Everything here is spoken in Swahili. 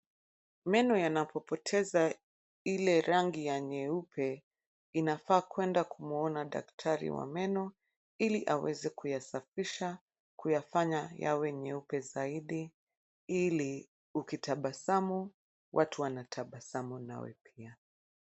Meno yanapo poteza ile rangi ya nyeupe, inafaa kuenda kumwona daktari wa meno ili aweze kuyasafisha kuyafanya yawe nyeupe zaidi ili ukitabasamu watu wanatabasamu nawe pia.